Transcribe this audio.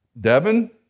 Devin